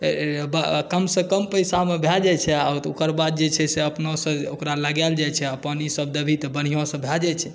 कमसँ कम पैसामे भऽ जाइ छै आ ओकर बाद जे छै से अपनासँ ओकरा लगाएल जाइ छै अपन ई सभ देबही तऽ बढ़िआँसँ भऽ जाइ छै